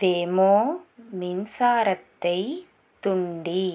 தெமோ மின்சாரத்தை துண்டி